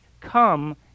come